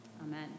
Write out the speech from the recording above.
Amen